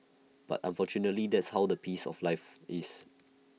but unfortunately that's how the pace of life is